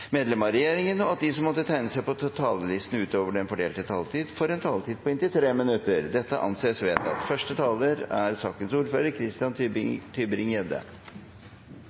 medlem av regjeringen innenfor den fordelte taletid. Videre blir det foreslått at de som måtte tegne seg på talerlisten utover den fordelte taletid, får en taletid på inntil 3 minutter. – Det anses vedtatt. Atomvåpen er